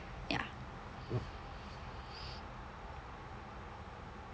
ya